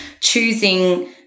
choosing